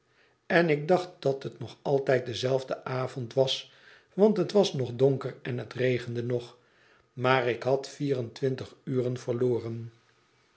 en ik dacht dat het nog altijd dezelfde avond was want het was nog donker en het regende nog maar ik had vier en twintig uren verloren